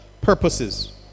purposes